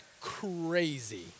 crazy